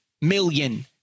million